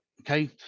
Okay